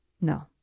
No